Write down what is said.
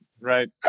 right